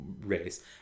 race